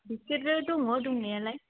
बिसोरो दङ दंनायालाय